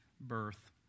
birth